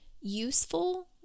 useful